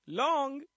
long